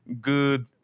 good